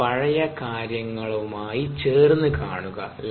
ഇത് പഴയ കാര്യങ്ങളുമായി ചേർന്ന് കാണുക